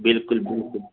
बिल्कुलु बिल्कुलु